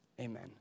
Amen